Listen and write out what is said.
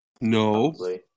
No